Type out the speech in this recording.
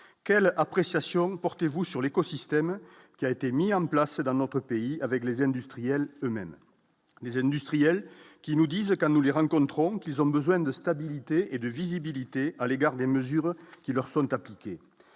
quelle appréciation portez-vous sur l'écosystème qui a été mis en place dans notre pays avec les industriels eux- mêmes, mais industriels qui nous disent, quand nous les rencontrons, qu'ils ont besoin de stabilité et de visibilité à l'égard des mesures qui leur sont appliquées